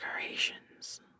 decorations